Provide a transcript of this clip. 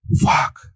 fuck